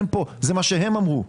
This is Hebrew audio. זה מה שהם אמרו.